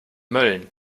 mölln